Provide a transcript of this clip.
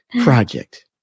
Project